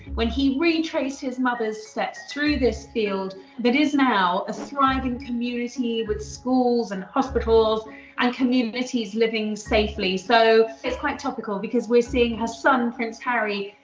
when he retraced his mother's steps through this field that is now a thriving community with schools and hospitals and communities living safely so it's quite topical because we're seeing her son, prince harry,